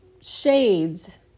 shades